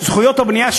זכויות הבנייה,